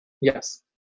Yes